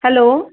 hello